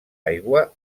aigua